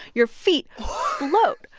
your feet float.